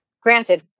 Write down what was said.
granted